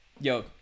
Yo